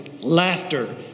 laughter